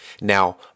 Now